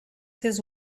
his